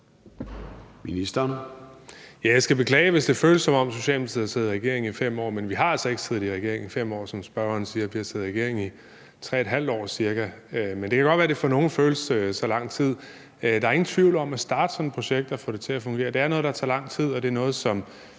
Jeg skal beklage, hvis det føles, som om Socialdemokratiet har siddet i regering i 5 år, men vi har altså ikke siddet i regering i 5 år, som spørgeren siger. Vi har siddet i regering i 3½ år cirka, men det kan godt være, at det for nogle føles som så lang tid. Der er ingen tvivl om, at det at starte sådan et projekt og få det til at fungere er noget, der tager lang tid, og det er noget, som